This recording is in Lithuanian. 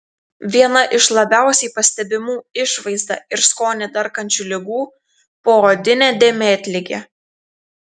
viena iš labiausiai pastebimų išvaizdą ir skonį darkančių ligų poodinė dėmėtligė